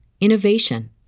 innovation